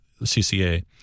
CCA